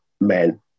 men